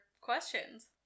questions